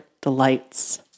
delights